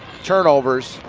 turnovers,